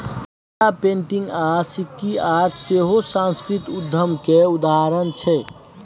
Mithila painting आ सिक्की art सेहो सास्कृतिक उद्यम केर उदाहरण छै